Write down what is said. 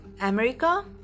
america